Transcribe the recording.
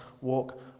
walk